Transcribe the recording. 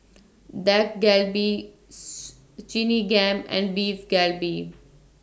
Dak Galbi and Beef Galbi